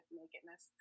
nakedness